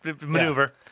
maneuver